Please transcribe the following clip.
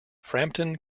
frampton